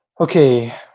Okay